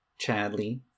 Chadley